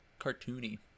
cartoony